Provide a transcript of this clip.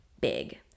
big